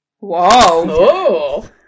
Wow